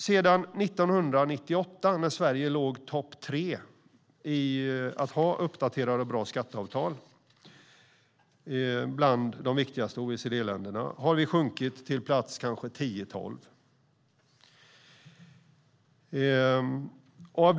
Sedan 1998, när Sverige låg på tredje plats i att ha uppdaterade och bra skatteavtal bland de viktigaste OECD-länderna, har vi sjunkit till kanske plats tio eller tolv.